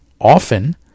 Often